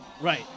Right